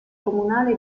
comunale